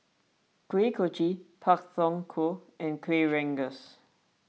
Kuih Kochi Pak Thong Ko and Kueh Rengas